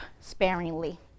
sparingly